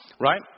Right